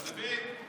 אתה מבין?